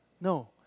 No